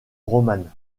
romane